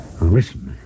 listen